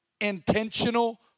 intentional